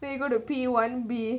then you go to P_one B